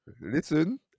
Listen